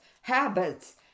habits